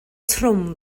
trwm